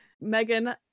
Megan